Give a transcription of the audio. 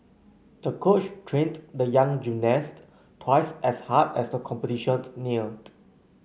the coach trained the young gymnast twice as hard as the competition neared